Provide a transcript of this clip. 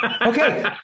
Okay